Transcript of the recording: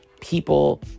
people